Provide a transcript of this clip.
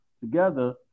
together